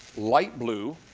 light blue.